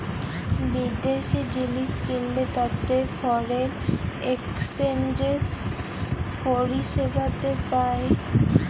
বিদ্যাশি জিলিস কিললে তাতে ফরেল একসচ্যানেজ পরিসেবাতে পায়